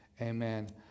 Amen